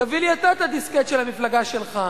תביא לי אתה את הדיסקט של המפלגה שלך.